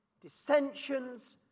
dissensions